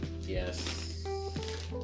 Yes